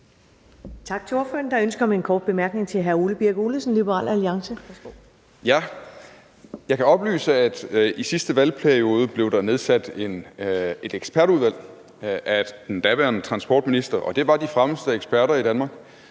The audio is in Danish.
Tak til ordføreren. Der er ønske om en kort bemærkning til hr. Ole Birk Olesen, Liberal Alliance. Værsgo. Kl. 18:28 Ole Birk Olesen (LA): Jeg kan oplyse, at der i sidste valgperiode blev nedsat et ekspertudvalg af den daværende transportminister – og det bestod af de fremmeste eksperter i Danmark.